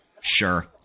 sure